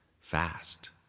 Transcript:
fast